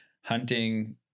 hunting